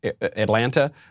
Atlanta